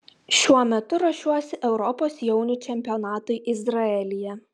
šiuo metu ruošiuosi europos jaunių čempionatui izraelyje